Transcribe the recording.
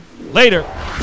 later